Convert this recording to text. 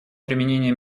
применение